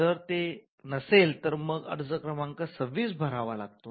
जर ते नसेल तर मग अर्ज क्रमांक २६ भरावा लागतो